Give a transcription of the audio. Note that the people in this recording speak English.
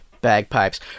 Bagpipes